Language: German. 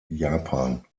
japan